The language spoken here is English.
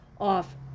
off